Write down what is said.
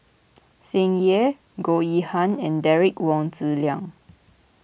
Tsung Yeh Goh Yihan and Derek Wong Zi Liang